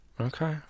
okay